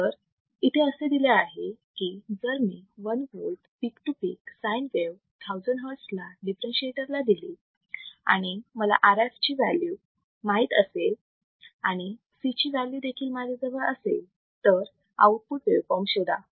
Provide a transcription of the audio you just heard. तर इथे असे दिले आहे की जर मी 1 volt peak to peak sine wave 1000 hertz ला डिफरेंशीएटर ला दिली आणि मला RF आणि C ची व्हॅल्यू माहित असेल तर आउटपुट वेवफॉर्म शोधा